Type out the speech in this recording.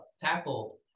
tackle